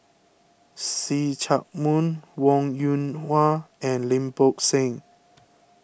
See Chak Mun Wong Yoon Wah and Lim Bo Seng